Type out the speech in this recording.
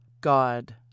God